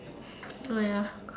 oh ya